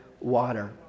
water